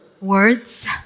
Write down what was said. Words